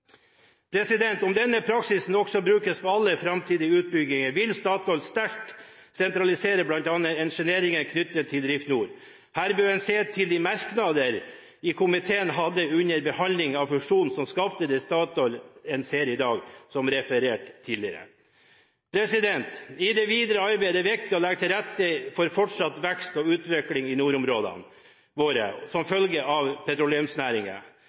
Om denne praksisen også brukes på alle framtidige utbygginger, vil Statoil sterkt sentralisere bl.a. engineeringen knyttet til Drift Nord. Her bør en se til de merknader komiteen hadde under behandlingen av fusjonen, som skapte det Statoil en ser i dag, som referert til tidligere. I det videre arbeidet er det viktig å legge til rette for fortsatt vekst og utvikling i nordområdene våre, som følge av